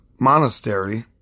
Monastery